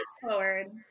forward